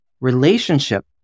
relationship